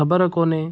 ख़बर कोन्हे